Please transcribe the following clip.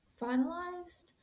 finalized